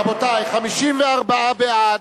רבותי, 54 בעד,